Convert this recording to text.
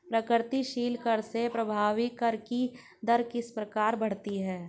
प्रगतिशील कर से प्रभावी कर की दर किस प्रकार बढ़ती है?